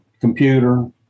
computer